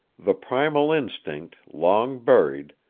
the primal instinct, long buried,